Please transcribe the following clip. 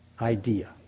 idea